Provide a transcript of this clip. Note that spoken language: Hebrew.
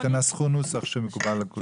תנסחו נוסח שמקובל על כולם.